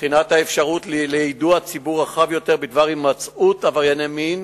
בחינת האפשרות ליידוע ציבור רחב יותר בדבר הימצאות עברייני מין.